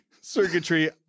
circuitry